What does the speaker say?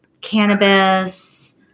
cannabis